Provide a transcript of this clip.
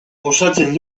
osatzen